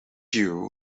every